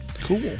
Cool